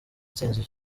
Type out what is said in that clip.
ntsinzi